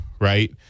right